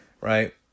right